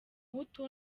hutu